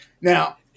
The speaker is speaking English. Now